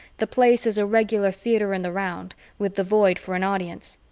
the place is a regular theater-in-the-round with the void for an audience,